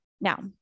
Now